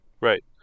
Right